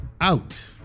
out